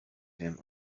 wiem